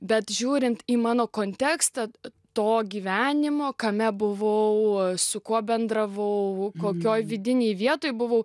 bet žiūrint į mano kontekstą to gyvenimo kame buvau su kuo bendravau kokioj vidinėj vietoj buvau